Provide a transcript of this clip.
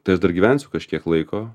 tai aš dar gyvensiu kažkiek laiko